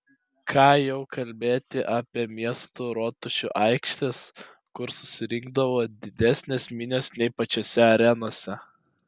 ką jau kalbėti apie miestų rotušių aikštes kur susirinkdavo didesnės minios nei pačiose arenose